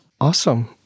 Awesome